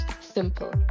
simple